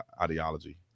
ideology